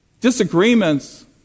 Disagreements